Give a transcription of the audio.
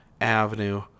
Avenue